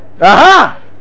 aha